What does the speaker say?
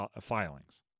filings